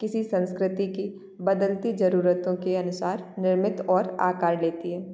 किसी संस्कृति की बदलती जरूरतों के अनुसार निर्मित और आकार लेती है